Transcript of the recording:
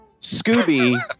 Scooby